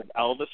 Elvis